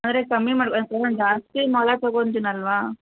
ಆದರೆ ಕಮ್ಮಿ ಮಾಡಿ ಒಂದು ಜಾಸ್ತಿ ಮೊಳ ತಗೊತೀನಲ್ವಾ